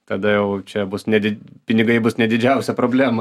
tada jau čia bus nedi pinigai bus ne didžiausia problema